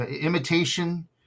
imitation